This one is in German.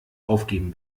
aufgeben